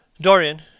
Dorian